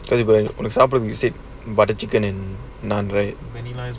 ஒன்னுசாப்பிட்றதுக்கு:onnu saapdrathukku on a suburb music butter chicken and naan rice